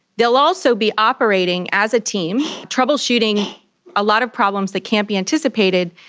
they will also be operating as a team, troubleshooting a lot of problems that can't be anticipated,